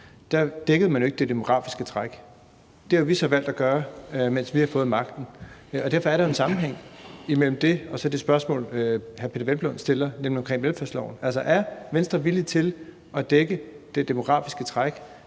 dækkede jo ikke det demografiske træk. Det har vi så valgt at gøre, mens vi har magten, og derfor er der jo en sammenhæng mellem det og det spørgsmål, hr. Peder Hvelplund stiller, nemlig om velfærdsloven. Altså, er Venstre villig til at dække det demografiske træk?